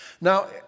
Now